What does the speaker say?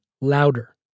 louder